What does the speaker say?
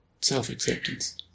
self-acceptance